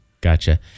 Gotcha